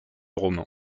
roman